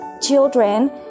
children